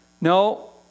No